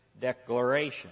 declaration